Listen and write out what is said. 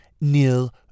Neil